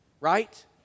Right